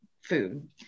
food